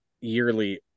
yearly